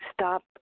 stop